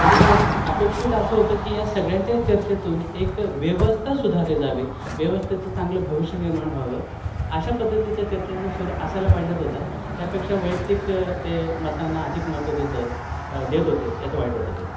म्हणजे अपेक्षित असं होतं की ह्या सगळ्यांच्या चर्चेतून एक व्यवस्था सुधारली जावी व्यवस्थेचं चांगलं भविष्य निर्माण व्हावं अशा पद्धतीचा चर्चेचा सूर असायला पाहिजेत होता त्यापेक्षा वैयक्तिक ते मतांना अधिक महत्त्व देत देत होते याचं वाईट वाटत होतं